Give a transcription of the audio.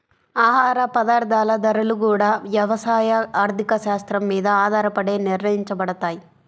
ఆహార పదార్థాల ధరలు గూడా యవసాయ ఆర్థిక శాత్రం మీద ఆధారపడే నిర్ణయించబడతయ్